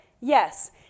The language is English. Yes